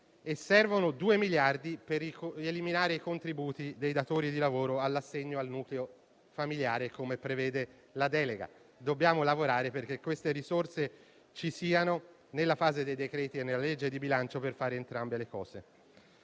e occorrono due miliardi per eliminare i contributi dei datori di lavoro all'assegno al nucleo familiare, come prevede la delega. Dobbiamo lavorare perché queste risorse ci siano nella fase dei decreti attuativi e nella legge di bilancio per fare entrambe le cose.